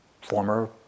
former